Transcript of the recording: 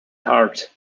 heart